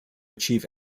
achieve